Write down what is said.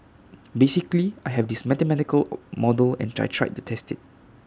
basically I have this mathematical model and I tried to test IT